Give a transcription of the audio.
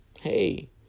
hey